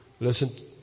Listen